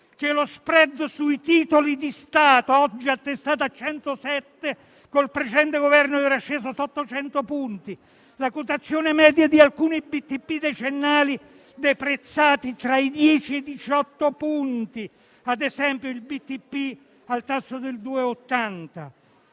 che lo *spread* sui titoli di Stato, oggi attestato a 107, col precedente Governo era sceso sotto i 100 punti; la quotazione media di alcuni BTP decennali deprezzati tra i 10 e i 18 punti (ad esempio il BTP al tasso del 2,80).